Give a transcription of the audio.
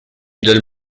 del